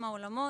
עולמות.